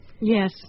Yes